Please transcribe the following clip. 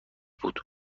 بود